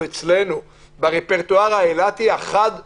אצלנו ברפרטואר האילתי החד יומיים.